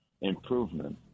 improvement